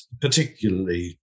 particularly